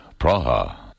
Praha